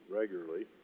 regularly